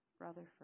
Rutherford